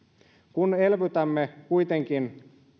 kun elvytämme kuitenkin